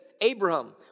Abraham